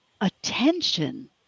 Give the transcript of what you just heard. attention